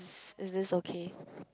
it is okay